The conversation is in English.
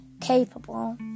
capable